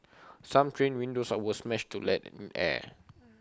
some train windows was smashed to let in air